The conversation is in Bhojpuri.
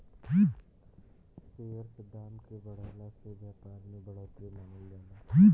शेयर के दाम के बढ़ला से व्यापार में बढ़ोतरी मानल जाला